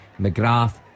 McGrath